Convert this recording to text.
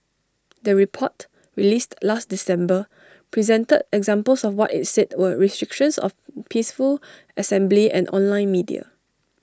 the report released last December presented examples of what IT said were restrictions of peaceful assembly and online media